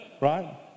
right